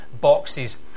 boxes